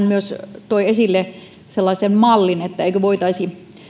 myös toi esille sellaisen mallin että eikö voitaisi